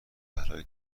برای